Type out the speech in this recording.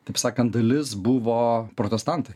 taip sakant dalis buvo protestantai